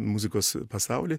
muzikos pasaulį